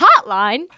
hotline